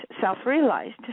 self-realized